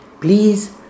please